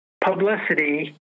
publicity